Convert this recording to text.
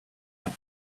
and